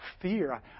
fear